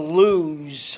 lose